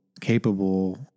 capable